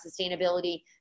sustainability